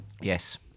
Yes